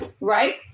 right